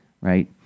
right